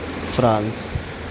France